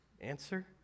Answer